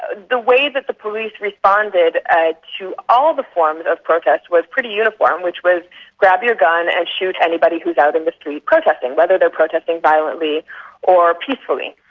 ah the way that the police responded ah to all the forms of protest was pretty uniform, which was grab your gun and shoot anybody who's out in the street protesting, whether they're protesting violently or peacefully.